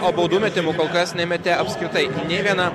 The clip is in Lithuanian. o baudų metimų kol kas nemetė apskritai nei viena